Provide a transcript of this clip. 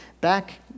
Back